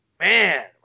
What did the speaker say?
man